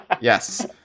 Yes